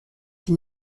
qui